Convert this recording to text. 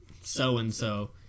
so-and-so